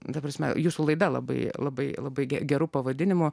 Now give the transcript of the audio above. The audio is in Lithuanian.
ta prasme jūsų laida labai labai labai geru pavadinimu